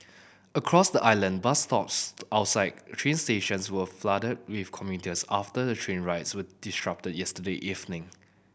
across the island bus stops outside train stations were flooded with commuters after the train rides were disrupted yesterday evening